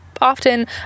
often